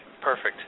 Perfect